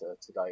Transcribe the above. today